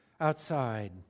outside